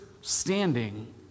standing